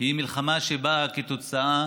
היא מלחמה שבאה כתוצאה